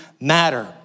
matter